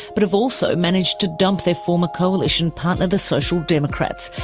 but have also managed to dump their former coalition partner, the social democrats.